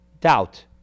doubt